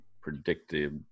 predictive